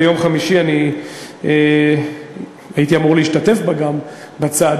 ביום חמישי הייתי אמור להשתתף בצעדה,